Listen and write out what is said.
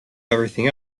everything